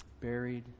buried